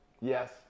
Yes